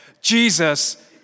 Jesus